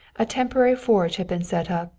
a temporary forge had been set up,